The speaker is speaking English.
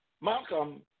Malcolm